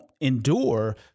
endure